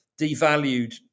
devalued